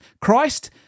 Christ